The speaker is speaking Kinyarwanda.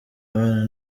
abana